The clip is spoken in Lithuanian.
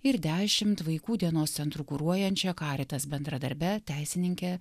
ir dešimt vaikų dienos centrų kuruojančia caritas bendradarbe teisininke